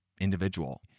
individual